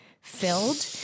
filled